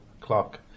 clock